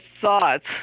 thoughts